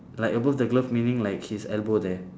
like above the glove meaning like his elbow there